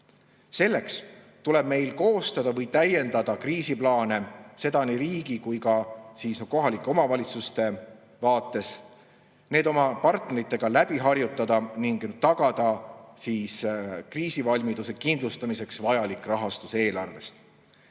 Selleks tuleb meil koostada või täiendada kriisiplaane – seda nii riigi kui ka kohalike omavalitsuste vaates –, need oma partneritega läbi harjutada ning tagada kriisivalmiduse kindlustamiseks vajalik rahastus eelarvest.